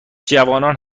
جوانان